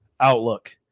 outlook